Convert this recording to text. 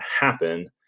happen